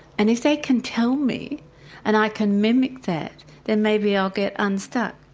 and if they can tell me and i can mimic that, then maybe i'll get unstuck.